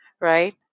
right